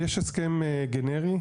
יש הסכם גנרי.